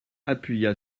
appuya